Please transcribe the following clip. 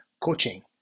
coaching